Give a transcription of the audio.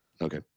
Okay